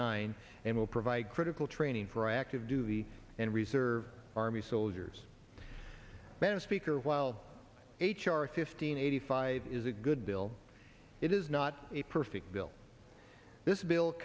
nine and will provide critical training for active duty and reserve army soldiers man speaker while h r fifteen eighty five is a good bill it is not a perfect bill this bill